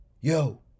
Yo